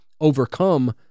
overcome